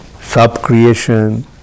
sub-creation